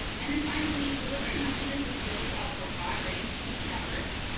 and then finally, delivering messages is really ah a broad range team effort.